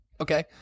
Okay